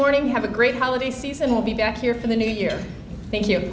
morning have a great holiday season we'll be back here for the new year thank you